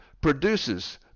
produces